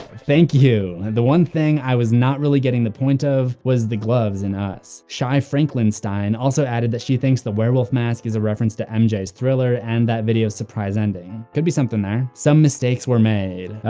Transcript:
thank you! the one thing i was not really getting the point of was the gloves in us. shy franklinstein also added that she thinks the werewolf mask is reference to mjs thriller and that video's surprise ending. could be something there. some mistakes were make.